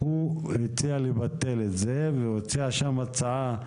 הוא הציע לבטל את זה, והציע שם הצעה,